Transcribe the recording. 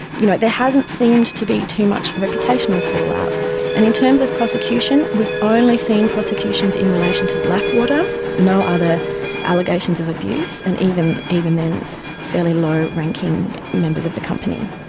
you know, there hasn't seemed to be too much reputational fallout, and in terms of prosecution we've only seen prosecutions in relation to blackwater, no other allegations of abuse, and even even then fairly low-ranking members of the company.